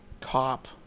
cop